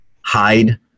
hide